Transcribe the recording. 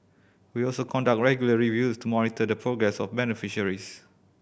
we also conduct regular reviews to monitor the progress of beneficiaries